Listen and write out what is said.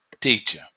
teacher